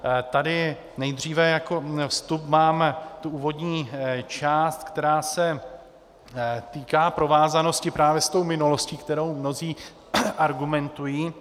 A tady nejdříve jako vstup mám tu úvodní část, která se týká provázanosti právě s tou minulostí, kterou mnozí argumentují.